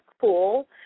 cool